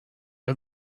are